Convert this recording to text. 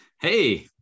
hey